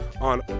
on